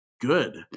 good